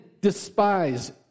despise